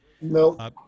No